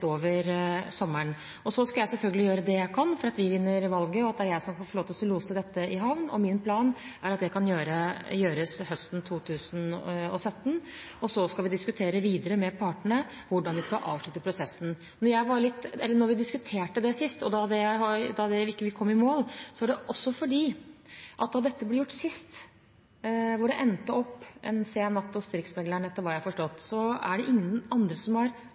over sommeren. Så skal jeg selvfølgelig gjøre det jeg kan for at vi vinner valget, og at det er jeg som får lov til å lose dette i havn. Min plan er at det kan gjøres høsten 2017. Så skal vi diskutere videre med partene hvordan vi skal avslutte prosessen. Da vi diskuterte det sist og ikke kom i mål, var det også fordi at da dette ble gjort sist, endte det opp en sen natt hos riksmekleren, etter hva jeg har forstått, så det er ingen andre som har